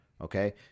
okay